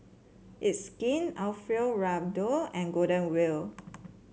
It's Skin Alfio Raldo and Golden Wheel